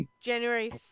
January